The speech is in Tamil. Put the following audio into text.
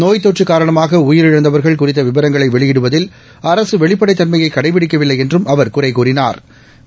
நோய் தொற்று காரணமாக உயிரிழந்தவா்கள் குறித்த விவரங்களை வெளியிடுவதில் அரசு வெளிப்படைத் தன்மையை கடைபிடிக்கவில்லை என்றும் அவா் குறை கூறினாா்